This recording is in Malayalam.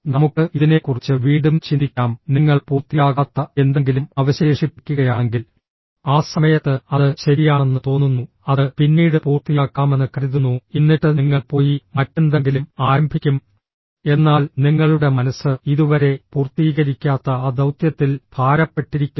നമുക്ക് ഇതിനെക്കുറിച്ച് വീണ്ടും ചിന്തിക്കാം നിങ്ങൾ പൂർത്തിയാകാത്ത എന്തെങ്കിലും അവശേഷിപ്പിക്കുകയാണെങ്കിൽ ആ സമയത്ത് അത് ശരിയാണെന്ന് തോന്നുന്നു അത് പിന്നീട് പൂർത്തിയാക്കാമെന്ന് കരുതുന്നു എന്നിട്ട് നിങ്ങൾ പോയി മറ്റെന്തെങ്കിലും ആരംഭിക്കും എന്നാൽ നിങ്ങളുടെ മനസ്സ് ഇതുവരെ പൂർത്തീകരിക്കാത്ത ആ ദൌത്യത്തിൽ ഭാരപ്പെട്ടിരിക്കുന്നു